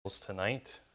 tonight